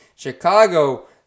Chicago